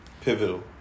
Pivotal